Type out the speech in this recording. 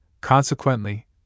Consequently